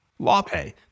LawPay